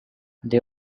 they